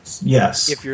yes